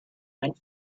went